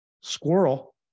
Squirrel